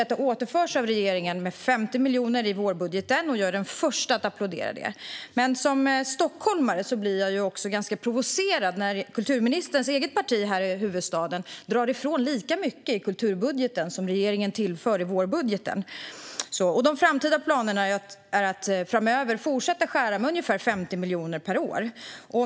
Detta återförs av regeringen med 50 miljoner i vårändringsbudgeten, och jag är den första att applådera det. Men som stockholmare blir jag också provocerad när kulturministerns eget parti här i huvudstaden drar ifrån lika mycket i kulturbudgeten som regeringen tillför i vårändringsbudgeten. De framtida planerna är att framöver fortsätta att skära ned ungefär 50 miljoner kronor per år.